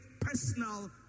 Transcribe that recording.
personal